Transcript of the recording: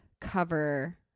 cover